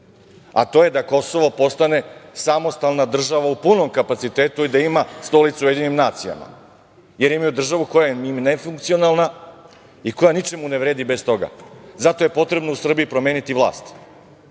a to je da Kosovo postane samostalna država u punom kapacitetu i da ima stolicu u UN, jer imaju državu koja je nefunkcionalna i koja ničemu ne vredi bez toga. Zato je potrebno u Srbiji promeniti vlast.